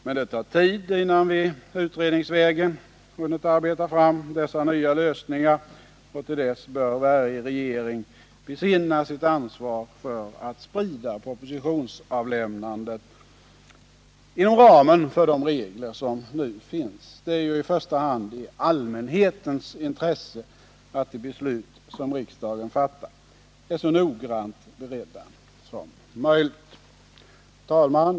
Men det tar tid innan vi utredningsvägen hunnit arbeta fram dessa nya lösningar, och till dess bör varje regering besinna sitt ansvar för att sprida propositionsavlämnandet, inom ramen för de regler som nu finns. Det är i första hand i allmänhetens intresse att de beslut som riksdagen fattar är så noggrant beredda som möjligt. Herr talman!